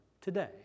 today